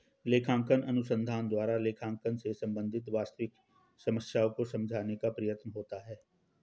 लेखांकन अनुसंधान द्वारा लेखांकन से संबंधित वास्तविक समस्याओं को समझाने का प्रयत्न होता है